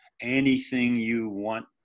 anything-you-want